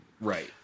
Right